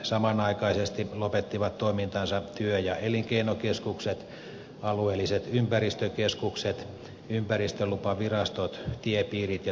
samanaikaisesti lopettivat toimintansa työ ja elinkeinokeskukset alueelliset ympäristökeskukset ympäristölupavirastot tiepiirit ja työsuojelupiirit